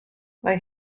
mae